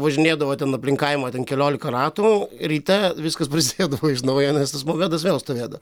važinėdavo ten aplink kaimą ten keliolika ratų ryte viskas prasidėdavo iš naujo nes tas mopedas vienas stovėdavo